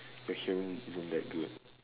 your hearing isn't that good